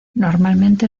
normalmente